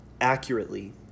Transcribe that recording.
accurately